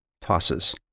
tosses